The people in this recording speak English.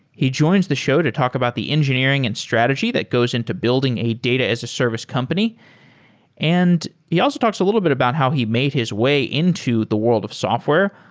he joins the show to talk about the engineering and strategy that goes into building a data as a service company and he talks a little bit about how he made his way into the world of software.